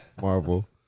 Marvel